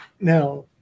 now